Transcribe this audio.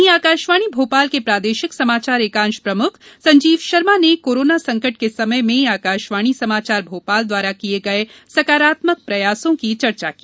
वहीं आकाशवाणी भोपाल के प्रादेशिक समाचार एकांश प्रमुख संजीव शर्मा ने कोरोना संकट के समय में आकाशवाणी समाचार भोपाल द्वारा किए गए सकारात्मक प्रयासों की चर्चा की